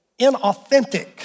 inauthentic